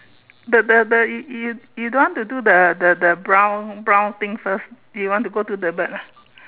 the the the you you you don't want to do the the the brown brown thing first you want to go to the bird lah